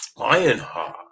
Ironheart